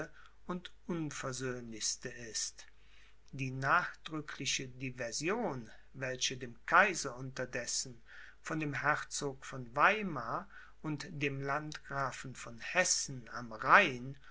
und unversöhnlichste ist die nachdrückliche diversion welche dem kaiser unterdessen von dem herzog von weimar und dem landgrafen von hessen am rhein